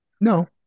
No